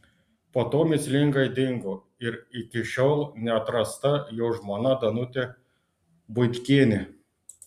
po to mįslingai dingo ir iki šiol neatrasta jo žmona danutė buitkienė